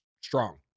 strong